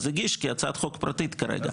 אז הוא הגיע כהצעת חוק פרטית, כרגע.